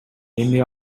эми